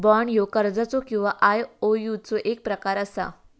bond ह्यो कर्जाचो किंवा आयओयूचो एक प्रकार असा